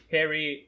Harry